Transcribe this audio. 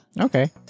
Okay